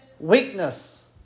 Weakness